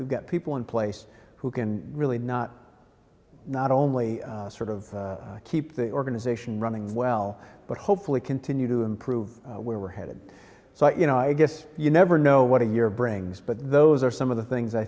we've got people in place who can really not not only sort of keep the organization running well but hopefully continue to improve where we're headed so you know i guess you never know what a year brings but those are some of the things i